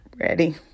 ready